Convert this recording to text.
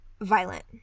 violent